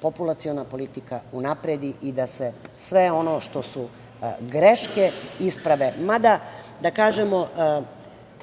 populaciona politika unapredi i da se sve ono što su greške isprave. Mada, da kažemo,